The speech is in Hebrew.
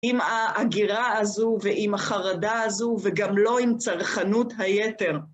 עם ההגירה הזו, ועם החרדה הזו, וגם לא עם צרכנות היתר.